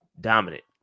Dominant